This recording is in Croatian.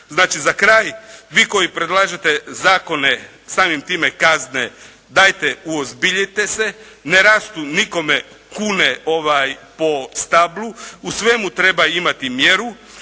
za kraj vi koji predlažete zakone samim time kazne, dajte uozbiljite se, ne rastu nikome kune po stablu, u svemu treba imati mjeru,